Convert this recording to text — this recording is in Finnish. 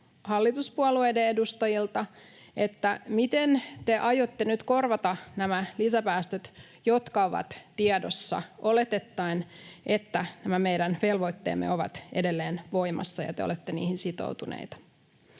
hallituspuolueiden edustajilta: miten te aiotte nyt korvata nämä lisäpäästöt, jotka ovat tiedossa, olettaen, että nämä meidän velvoitteemme ovat edelleen voimassa ja te olette niihin sitoutuneita?